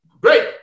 great